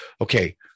Okay